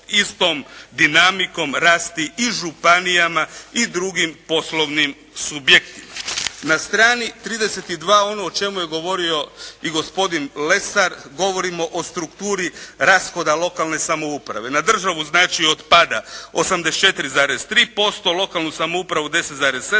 istom dinamikom rasti i županijama i drugim poslovnim subjektima. Na strani 32 ono o čemu je govorio i gospodin Lesar govorimo o strukturi rashoda lokalne samouprave. Na državu znači otpada 84,3%, lokalnu samoupravu 10,7%,